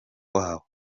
wabo